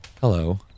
hello